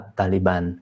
taliban